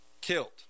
killed